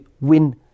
win